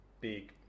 big